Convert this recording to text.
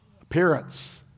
appearance